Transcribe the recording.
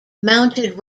mounted